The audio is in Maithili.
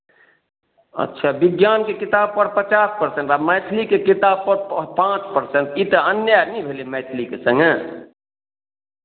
अच्छा विज्ञानके किताबपर पचास परसेन्ट आ मैथिलीके किताबपर पाँच परसेन्ट ई तऽ अन्याय नहि भेलै मैथिलीके सङ्गे